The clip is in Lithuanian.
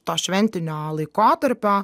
to šventinio laikotarpio